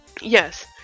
Yes